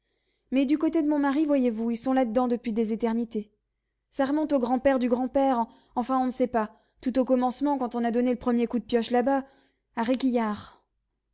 mais du côté de mon mari voyez-vous ils sont là-dedans depuis des éternités ça remonte au grand-père du grand-père enfin on ne sait pas tout au commencement quand on a donné le premier coup de pioche là-bas